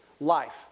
life